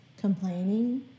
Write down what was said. complaining